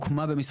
ו-(5)